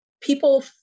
People